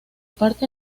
parte